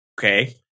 Okay